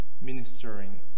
ministering